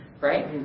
right